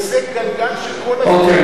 וזה גלגל שכל הזמן מזין את עצמו.